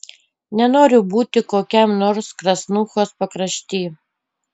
nenoriu būti kokiam nors krasnuchos pakrašty